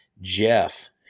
Jeff